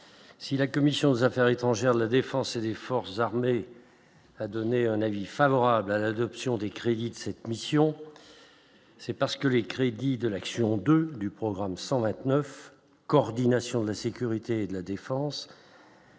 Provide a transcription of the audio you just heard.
si la commission des Affaires étrangères de la Défense et des forces armées a donné un avis favorable à l'adoption des crédits de cette mission, c'est parce que les crédits de l'action 2 du programme 129 coordination de la sécurité de la Défense.